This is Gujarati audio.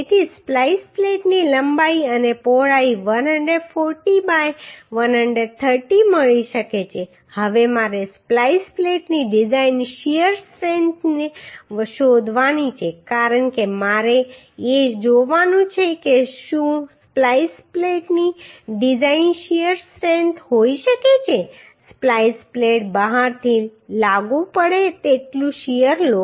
તેથી સ્પ્લાઈસ પ્લેટની લંબાઈ અને પહોળાઈ 140 બાય 130 મળી શકે છે હવે મારે સ્પ્લાઈસ પ્લેટની ડિઝાઈન શીયર સ્ટ્રેન્થ શોધવાની છે કારણ કે મારે એ જોવાનું છે કે શું સ્પ્લાઈસ પ્લેટની ડિઝાઈન શીયર સ્ટ્રેન્થ હોઈ શકે છે સ્પ્લાઈસ પ્લેટ બહારથી લાગુ પડે તેટલું શીયર લો